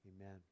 Amen